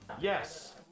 Yes